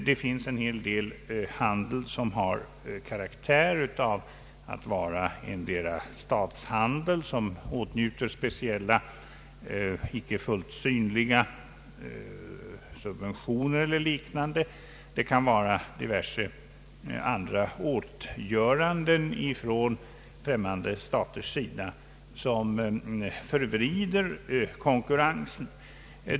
Det finns en hel del handel som har karaktär av att vara statshandel, som åtnjuter speciella, icke fullt synliga subventioner eller liknande, och det kan förekomma diverse andra åtgöranden från främmande staters sida som förvrider konkurrensen.